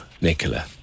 Nicola